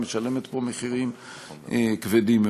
משלמת פה מחירים כבדים מאוד.